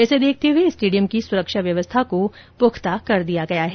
इसे देखते हुए स्टेडियम की सुरक्षा व्यवस्था को पुख्ता कर दिया गया है